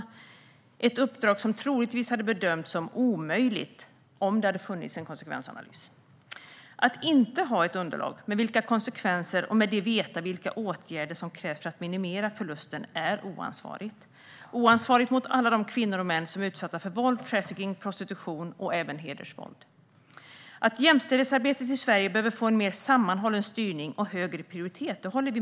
Det är ett uppdrag som troligtvis hade bedömts som omöjligt om det hade funnits en konsekvensanalys. Att inte ha ett underlag, att inte veta vilka konsekvenser det får och i med det vilka åtgärder som krävs för att minimera förlusten är oansvarigt. Det är oansvarigt mot alla de kvinnor och män som är utsatta för våld, trafficking, prostitution och även hedersvåld. Vi håller med om att jämställdhetsarbetet i Sverige behöver få en mer sammanhållen styrning och högre prioritet.